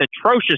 atrocious